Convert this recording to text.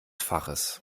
faches